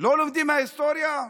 לא לומדים מההיסטוריה?